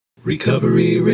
Recovery